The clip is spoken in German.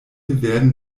werden